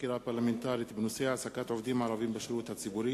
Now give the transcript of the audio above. לוועדת העבודה, הרווחה והבריאות.